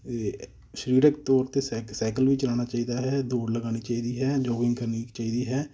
ਸਰੀਰਕ ਤੌਰ 'ਤੇ ਸੈਕ ਸਾਈਕਲ ਵੀ ਚਲਾਉਣਾ ਚਾਹੀਦਾ ਹੈ ਦੌੜ ਲਗਾਉਣੀ ਚਾਹੀਦੀ ਹੈ ਜੋਗਿੰਗ ਕਰਨੀ ਚਾਹੀਦੀ ਹੈ